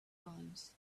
times